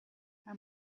how